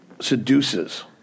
seduces